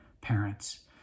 parents